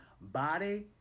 body